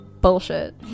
Bullshit